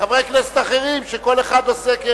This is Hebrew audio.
וחברי הכנסת האחרים, שכל אחד עוסק,